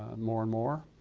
more and more,